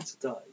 today